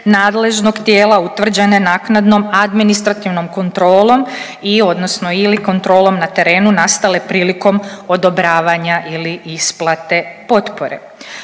nadležnog tijela utvrđene naknadnom administrativnom kontrolom i odnosno ili kontrolom na terenu nastale prilikom odobravanja ili isplate potpore.